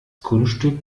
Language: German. kunststück